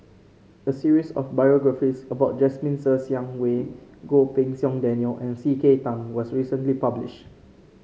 a series of biographies about Jasmine Ser Xiang Wei Goh Pei Siong Daniel and C K Tang was recently publish